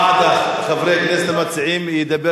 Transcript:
שוועדת הכנסת תחליט.